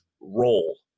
role